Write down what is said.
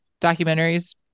documentaries